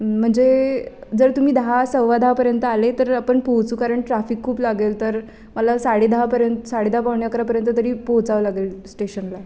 म्हणजे जर तुम्ही दहा सव्वा दहापर्यंत आले तर आपण पोहोचू कारण ट्राफिक खूप लागेल तर मला साडेदहापर्यंत साडे दहा पावणे अकरापर्यंत तरी पोहचावं लागेल स्टेशनला